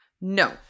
No